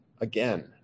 again